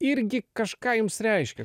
irgi kažką jums reiškia